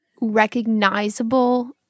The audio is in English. recognizable